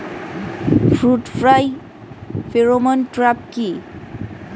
Fruit fly pheromone trap কি?